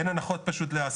אין הנחות לעסקים.